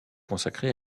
consacré